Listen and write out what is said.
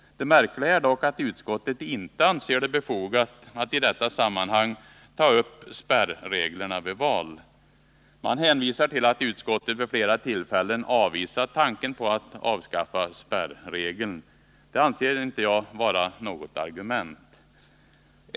Det märkliga är dock att utskottet inte anser det befogat att i detta sammanhang ta upp spärreglerna vid val. Man hänvisar till att utskottet vid flera tillfällen avvisat tanken på att avskaffa spärregeln. Det anser jag inte vara något argument.